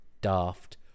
daft